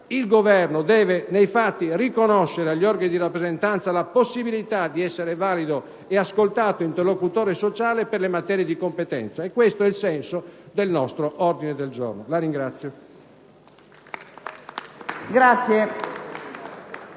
Il Governo deve, nei fatti, riconoscere agli organi di rappresentanza la possibilità di essere valido e ascoltato interlocutore sociale per le materie di competenza. Questo è il senso del nostro ordine del giorno. *(Applausi